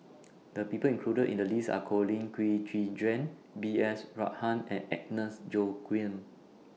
The People included in The list Are Colin Qi Zhe Quan B S Rajhans and Agnes Joaquim